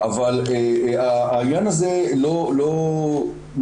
אבל העניין הזה לא יהיה.